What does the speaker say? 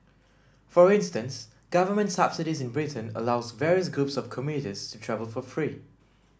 for instance government subsidies in Britain allow various groups of commuters to travel for free